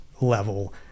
level